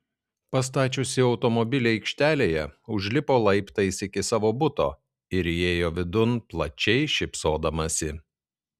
pastačiusi automobilį aikštelėje užlipo laiptais iki savo buto ir įėjo vidun plačiai šypsodamasi